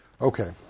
Okay